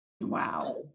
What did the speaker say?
Wow